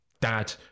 dad